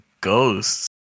ghosts